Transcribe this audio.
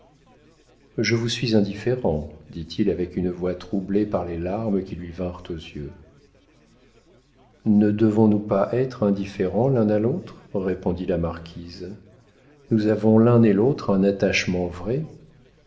je vous suis indifférent dit-il avec une voix troublée par les larmes qui lui vinrent aux yeux ne devons-nous pas être indifférents l'un à l'autre répondit la marquise nous avons l'un et l'autre un attachement vrai